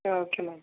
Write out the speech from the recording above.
ആ ഓക്കെ മാം